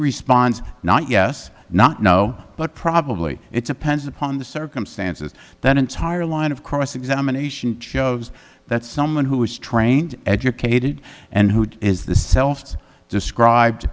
responds not yes not no but probably it's appends upon the circumstances then entire line of cross examination shows that someone who is trained educated and who is the self described